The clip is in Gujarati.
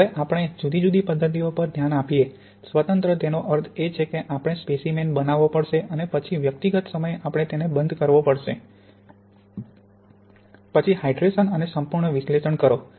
હવે જ્યારે આપણે જુદી જુદી પદ્ધતિઓ પર ધ્યાન આપીએ સ્વતંત્ર તેનો અર્થ એ કે આપણે સ્પેસીમેન બનાવવો પડશે અને પછી વ્યક્તિગત સમયે આપણે તેને બંધ કરવો પડશે પછી હાઇડ્રેશન અને સંપૂર્ણ વિશ્લેષણ કરો